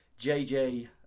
JJ